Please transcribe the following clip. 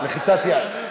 לחיצת יד.